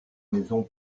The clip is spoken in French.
maisons